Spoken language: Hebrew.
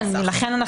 נכון.